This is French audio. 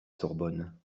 sorbonne